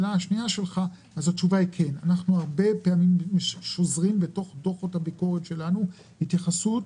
אנחנו הרבה פעמים שוזרים בתוך דוחות הביקורת שלנו התייחסות,